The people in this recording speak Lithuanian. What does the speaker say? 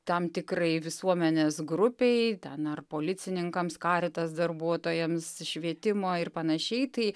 tam tikrai visuomenės grupei ten ar policininkams karitas darbuotojams švietimo ir panašiai tai